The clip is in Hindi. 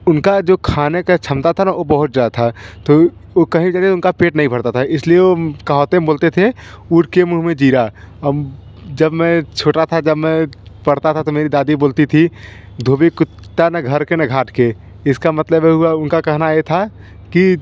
उनका जो ख़ाने का क्षमता था न वह बहुत जा था तो वह कहीं जाते तो उनका पेट नहीं भरता था इसलिए वह कहावतें बोलते थे ऊँट के मुँह में जीरा जब मैं छोटा था जब मैं पढ़ता था तो मेरी दादी बोलती थी धोबी कुत्ता न घर के न घाट के इसका मतलब यह हुआ उनका कहना यह था की